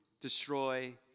destroy